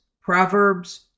Proverbs